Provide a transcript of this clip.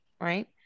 Right